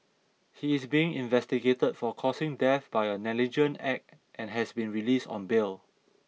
he is being investigated for causing death by a negligent act and has been released on bail